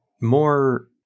more